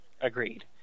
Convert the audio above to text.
Agreed